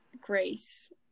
grace